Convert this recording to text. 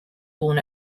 born